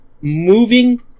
moving